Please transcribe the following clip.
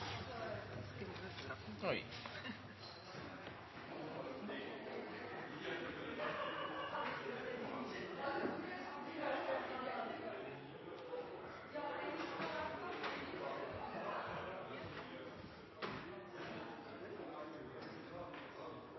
Da må man